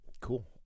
Cool